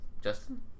Justin